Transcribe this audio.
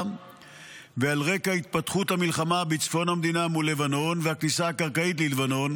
ועל רקע התפתחות המלחמה בצפון המדינה מול לבנון והכניסה הקרקעית ללבנון,